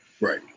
Right